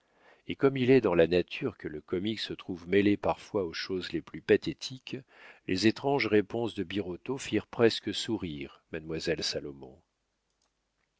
et comme il est dans la nature que le comique se trouve mêlé parfois aux choses les plus pathétiques les étranges réponses de birotteau firent presque sourire mademoiselle salomon